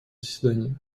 заседании